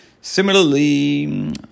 Similarly